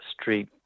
street